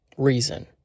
Reason